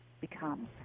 becomes